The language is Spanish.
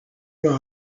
los